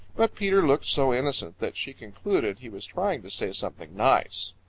but peter looked so innocent that she concluded he was trying to say something nice.